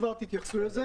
וכבר תתייחסו לזה.